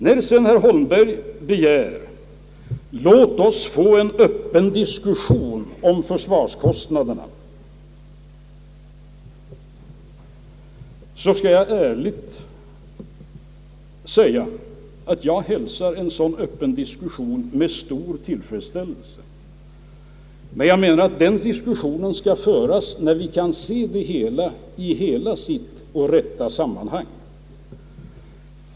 När herr Holmberg sedan begär en öppen diskussion om försvarskostnaderna, så skall jag ärligt säga, att jag hälsar en sådan öppen diskussion med stor tillfredsställelse. Men jag menar att den diskussionen skall föras när vi kan se det hela i sitt rätta sammanhang.